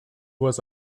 was